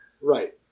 Right